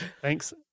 Thanks